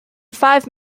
five